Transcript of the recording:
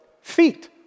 feet